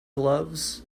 gloves